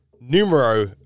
numero